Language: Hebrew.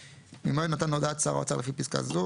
ממועד מתן הודעת שר האוצר לפי פסקה זו,